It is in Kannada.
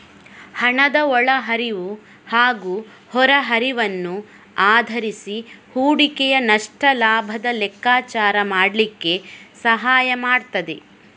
ಹಣದ ಒಳ ಹರಿವು ಹಾಗೂ ಹೊರ ಹರಿವನ್ನು ಆಧರಿಸಿ ಹೂಡಿಕೆಯ ನಷ್ಟ ಲಾಭದ ಲೆಕ್ಕಾಚಾರ ಮಾಡ್ಲಿಕ್ಕೆ ಸಹಾಯ ಮಾಡ್ತದೆ